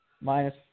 minus